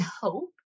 hope